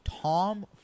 Tom